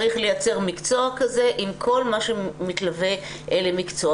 צריך לייצר מקצוע כזה עם כל מה שמתלווה למקצוע.